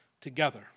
together